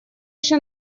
еще